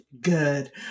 good